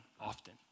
often